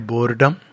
Boredom